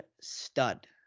stud